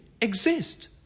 exist